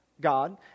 God